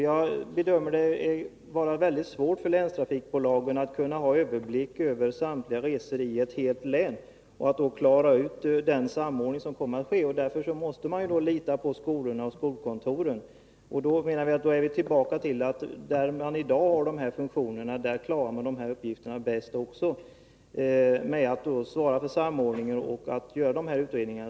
Jag bedömer att det kommer att vara mycket svårt för länstrafikbolagen att överblicka samtliga resor inom ett helt län och att klara samordningen. Därför blir man tvungen att lita på skolorna och skolkontoren. Då kommer vi fram till slutsatsen att där funktionerna finns i dag klarar man också de här uppgifterna bäst, dvs. att svara för samordningen och göra de nödvändiga utredningarna.